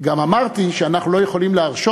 גם אמרתי שאנחנו לא יכולים להרשות